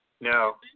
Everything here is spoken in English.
No